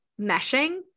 meshing